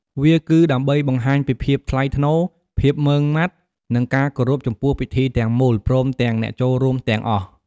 វាគឺដើម្បីបង្ហាញពីភាពថ្លៃថ្នូរ ភាពម៉ឺងម៉ាត់ និងការគោរពចំពោះពិធីទាំងមូល ព្រមទាំងអ្នកចូលរួមទាំងអស់។